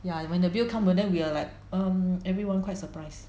ya when the bill come hor then we are like um everyone quite surprise